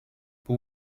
pour